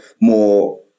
more